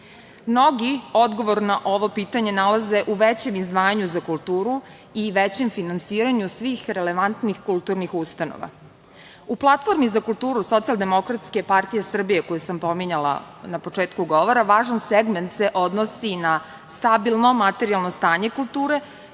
Mnogi odgovor na ovo pitanje nalaze u većem izdvajanju za kulturu i većem finansiranju svih relevantnih kulturnih ustanova.U platformi za kulturu Socijaldemokratske partije Srbije, koju sam pominjala na početku govora, važan segment se odnosi na stabilno materijalno stanje kulture,